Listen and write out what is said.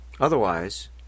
Otherwise